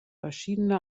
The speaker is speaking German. verschiedene